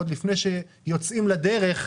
עוד לפני שיוצאים לדרך,